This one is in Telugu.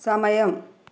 సమయం